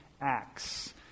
acts